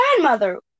grandmother